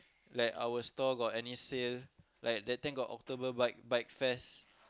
that our store got any sale like that time got October bike bike fest